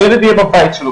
הילד יהיה בבית שלו,